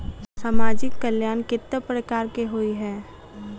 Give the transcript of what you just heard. सामाजिक कल्याण केट प्रकार केँ होइ है?